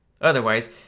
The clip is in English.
Otherwise